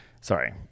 sorry